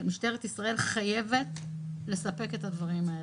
גם משטרת ישראל חייבת לספק את הדברים האלה.